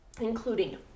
including